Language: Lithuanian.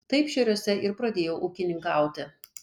taip šėriuose ir pradėjau ūkininkauti